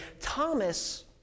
Thomas